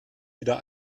wieder